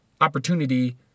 opportunity